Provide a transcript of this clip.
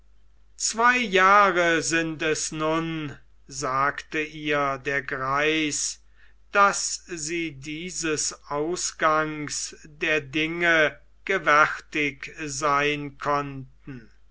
zwei jahre sind es nun sagte ihr der greis daß sie dieses ausgangs der dinge gewärtig sein konnten